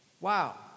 Wow